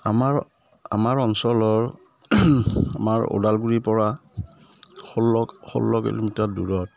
আমাৰ আমাৰ অঞ্চলৰ আমাৰ ওদালগুৰিৰ পৰা ষোল্ল ষোল্ল কিলোমিটাৰ দূৰত